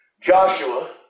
Joshua